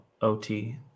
OT